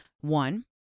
One